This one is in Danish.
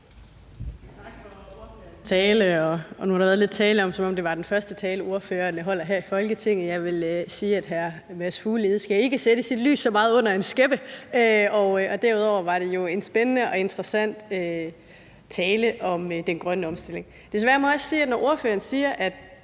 Nu er der blevet talt lidt, som om det var den første tale, ordføreren holder her i Folketinget. Jeg vil sige, at hr. Mads Fuglede ikke skal sætte sit lys så meget under en skæppe, og derudover var det jo en spændende og interessant tale om den grønne omstilling. Desværre må jeg også sige, at når ordføreren siger, at